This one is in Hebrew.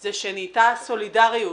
הוא שנהייתה סולידריות